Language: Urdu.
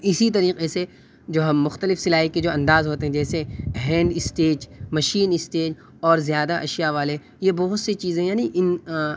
اسی طریقے سے جو ہم مختلف سلائی کے جو انداز ہوتے ہیں جیسے ہینڈ اسٹیچ مشین اسٹیچ اور زیادہ اشیا والے یہ بہت سی چیزیں یعنی ان